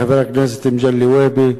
חבר הכנסת מגלי והבה,